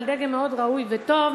אבל דגם מאוד ראוי וטוב,